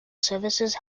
services